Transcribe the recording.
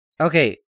okay